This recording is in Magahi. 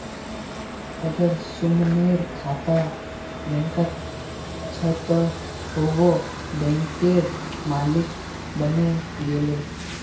अगर सुमनेर खाता बैंकत छ त वोहों बैंकेर मालिक बने गेले